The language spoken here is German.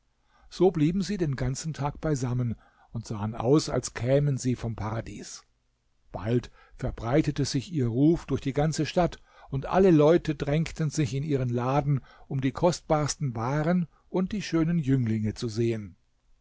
so blieben sie den ganzen tag beisammen und sahen aus als kämen sie vom paradies bald verbreitete sich ihr ruf durch die ganze stadt und alle leute drängten sich in ihren laden um die kostbarsten waren und die schönen jünglinge zu sehen